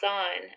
on